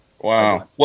Wow